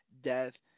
death